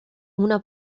una